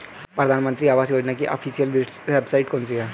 प्रधानमंत्री आवास योजना की ऑफिशियल वेबसाइट कौन सी है?